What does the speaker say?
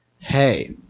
Hey